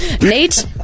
Nate